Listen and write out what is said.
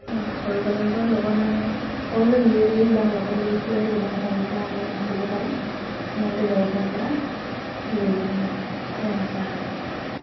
বা সৰুকালৰ পৰা লগত মানে সৰুৰে ঘূৰি ঘূৰি বা লগত লৈ ফুৰে যিমান সৰুৰ পৰা আমি নাচিব পাৰোঁ সিমানটো বয়সৰ পৰা লৈ পিনে নচা হয়